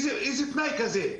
מה זה התנאי הזה?